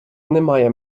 немає